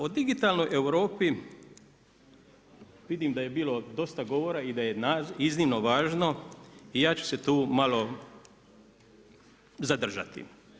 O digitalnoj Europi vidim da je bilo dosta govora i da je iznimno važno i ja ću se tu malo zadržati.